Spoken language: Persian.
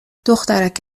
دخترک